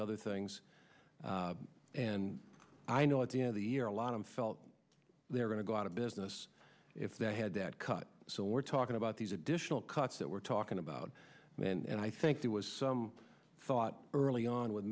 things and i know at the end of the year a lot of felt they're going to go out of business if they had that cut so we're talking about these additional cuts that we're talking about and i think there was some thought early on with